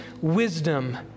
wisdom